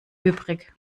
übrig